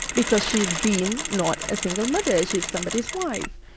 because she is deemed not a single mother. she is somebody's wife.